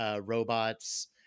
Robots